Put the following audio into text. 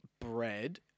bread